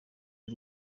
y’u